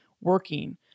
working